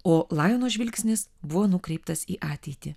o lajono žvilgsnis buvo nukreiptas į ateitį